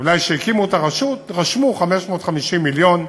אולי כשהקימו את הרשות כתבו 550 מיליון,